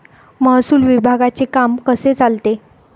महसूल विभागाचे काम कसे चालते?